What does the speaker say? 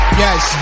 yes